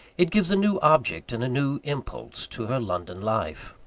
it gives a new object and a new impulse to her london life.